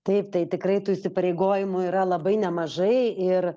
taip tai tikrai tų įsipareigojimų yra labai nemažai ir